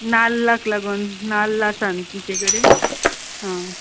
नाल्लाक लागून नाल्ला आसा न्हू तुमचे कडेन आं